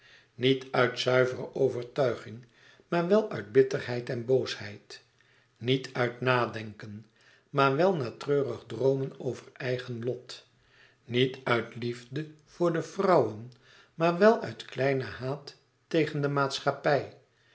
niet uit zuivere overtuiging maar wel uit bitterheid en boosheid niet uit nadenken maar wel na treurig droomen over eigen lot niet uit liefde voor de vrouwen maar wel uit kleine haat tegen de maatschappij